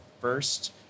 first